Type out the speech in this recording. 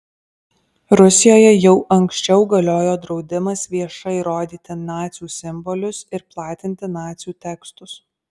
rusijoje jau anksčiau galiojo draudimas viešai rodyti nacių simbolius ir platinti nacių tekstus